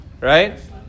Right